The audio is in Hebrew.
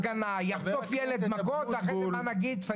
יחטוף ילד מכות ואחרי זה מה נגיד?